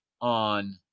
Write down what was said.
On